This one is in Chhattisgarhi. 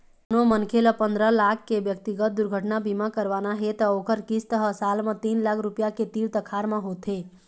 कोनो मनखे ल पंदरा लाख के ब्यक्तिगत दुरघटना बीमा करवाना हे त ओखर किस्त ह साल म तीन लाख रूपिया के तीर तखार म होथे